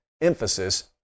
emphasis